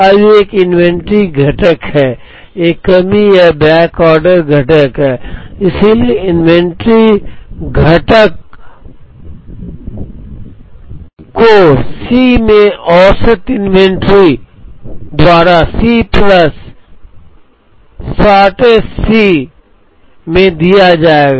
अब एक इन्वेंट्री घटक है एक कमी या बैकऑर्डर घटक है इसलिए इन्वेंट्री घटक को सी में औसत इन्वेंट्री द्वारा C plus plus shortage C में दिया जाएगा